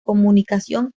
comunicación